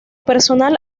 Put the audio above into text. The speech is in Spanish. personal